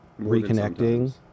reconnecting